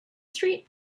street